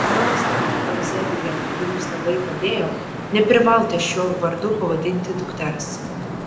nors teta euzebija jums labai padėjo neprivalote šiuo vardu pavadinti dukters